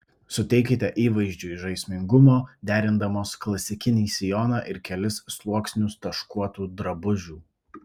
suteikite įvaizdžiui žaismingumo derindamos klasikinį sijoną ir kelis sluoksnius taškuotų drabužių